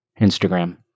Instagram